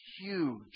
huge